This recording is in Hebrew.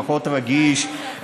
פחות רגיש,